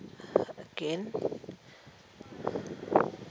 again